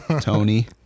Tony